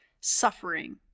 suffering